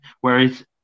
Whereas